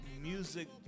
music